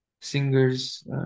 singers